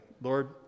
Lord